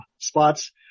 spots